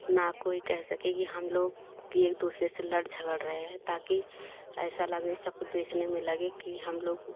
ना कोई केह सके कि हम लोग की एक दूसरे से लड़ झगड़ रहे हैं ताकि ऐसा लगे सबको देखने में लगे कि हम लोग